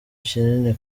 kinini